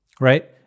right